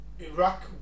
Iraq